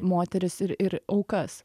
moteris ir ir aukas